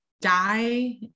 die